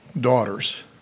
daughters